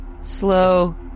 slow